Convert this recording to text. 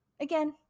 Again